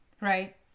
right